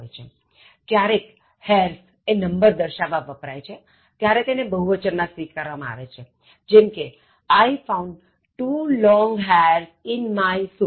ક્યારેક hairs એ નંબર દર્શાવવા વપરાય છેત્યારે તેને બહુવચન માં સ્વીકારવા માં આવે છેજેમ કે I found two long hairs in my soup